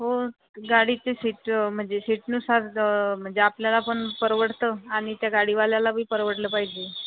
हो ग गाडीचे शिट म्हणजे शिटनुसार ज म्हणजे आपल्याला पण परवडतं आणि त्या गाडीवाल्यालाबी परवडलं पाहिजे